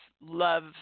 love